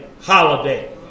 holiday